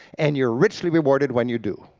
and you're richly rewarded when you do.